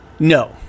No